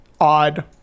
odd